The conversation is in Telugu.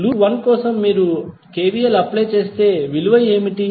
లూప్ 1 కోసం మీరు అప్లై చేస్తే విలువ ఏమిటి